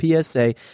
PSA